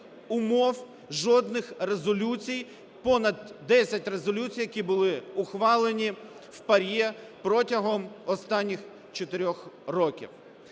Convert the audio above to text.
умов, жодних резолюцій, понад 10 резолюцій, які були ухвалені в ПАРЄ протягом останніх чотирьох